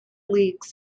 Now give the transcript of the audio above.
league